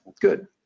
good